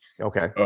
Okay